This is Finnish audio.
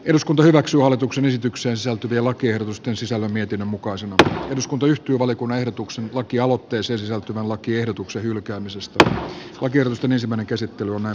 eduskunta hyväksyy hallituksen esitykseen sisältyviä lakiehdotusten sisällön mietinnön mukaisena eduskunta yhtyi valiokunnan ehdotuksen lakialoitteeseen sisältyvän lakiehdotuksen hylkäämisestä oikeus tönäisemänä käsittelmään